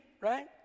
right